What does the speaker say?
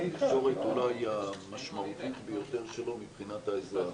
למסורת המשמעותית ביותר שלו מבחינת האזרח.